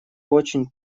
очень